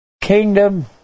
kingdom